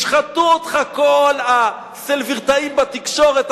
ישחטו אותך כל הסלבריטאים בתקשורת,